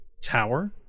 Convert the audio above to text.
tower